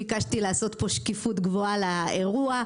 אני מתנצלת שביקשתי לעשות כאן שקיפות גבוהה לאירוע.